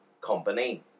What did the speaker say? company